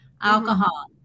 alcohol